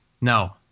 no